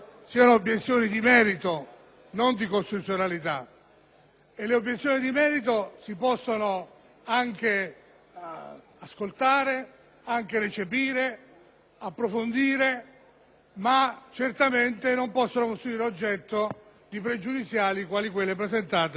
le obiezioni di merito si possono anche ascoltare, recepire, approfondire, ma certamente non possono costituire oggetto di pregiudiziali quali quelle presentate dai colleghi. Infatti, ad ogni questione